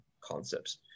concepts